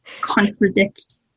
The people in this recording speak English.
contradict